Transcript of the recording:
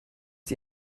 die